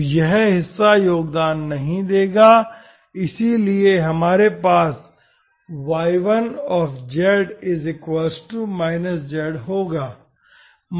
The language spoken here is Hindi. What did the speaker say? तो यह हिस्सा योगदान नहीं देगा इसलिए हमारे पास y1z z होगा